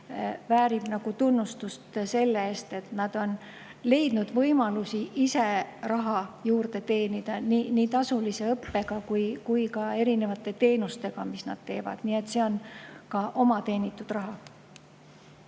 väärib tunnustust selle eest, et nad on leidnud võimalusi ise raha juurde teenida nii tasulise õppega kui ka teenustega, mis nad osutavad. Nii et see on ka oma teenitud raha.